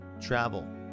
travel